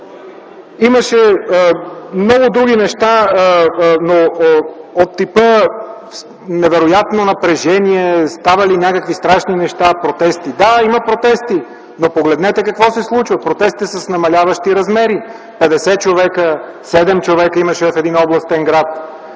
Имаше много други неща от типа – невероятно напрежение, ставали някакви страшни неща, протести. Да, има протести, но погледнете какво се случва – протестите са с намаляващи размери – 50 човека, 7 човека имаше в един областен град.